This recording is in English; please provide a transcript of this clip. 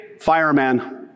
fireman